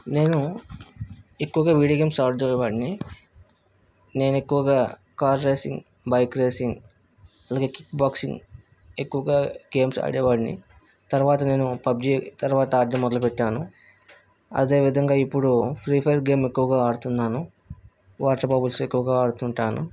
నేను ఎక్కువగా video games ఆడేవాడిని నేను ఎక్కువగా కార్ రేసింగ్ బైక్ రేసింగ్ అలాగే కిక్బాక్సింగ్ ఎక్కువగా గేమ్స్ ఆడేవాడిని తరువాత నేను పబ్జీ తర్వాత ఆడడం మొదలుపెట్టాను అదే విధంగా ఇప్పుడు ఫ్రీ ఫైర్ గేమ్ ఎక్కువగా ఆడుతున్నాను వాటర్ బబుల్స్ ఎక్కువగా ఆడుతుంటాను